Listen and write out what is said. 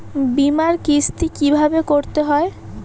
বিমার কিস্তি কিভাবে করতে হয়?